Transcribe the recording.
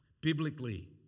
biblically